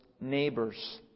Neighbors